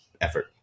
effort